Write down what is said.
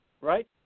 right